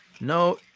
No